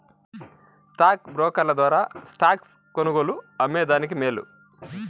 stock బ్రోకర్ల ద్వారా stocks కొనుగోలు, అమ్మే దానికి మేలు